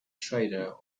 traitor